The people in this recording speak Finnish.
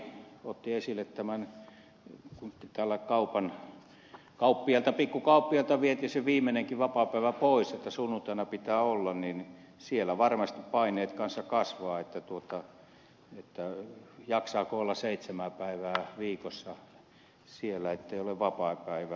skinnari otti esille tämän kun pikkukauppiailta vietiin se viimeinenkin vapaapäivä pois että sunnuntaina pitää olla ja siellä varmasti paineet myös kasvavat jaksaako olla seitsemää päivää viikossa siellä ettei ole vapaapäivää